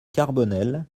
carbonel